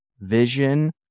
vision